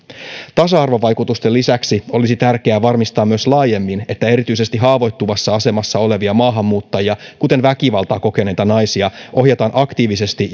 tasa arvovaikutusten lisäksi olisi tärkeää varmistaa myös laajemmin että erityisesti haavoittuvassa asemassa olevia maahanmuuttajia kuten väkivaltaa kokeneita naisia ohjataan aktiivisesti